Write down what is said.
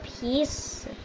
Peace